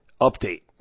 update